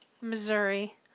Missouri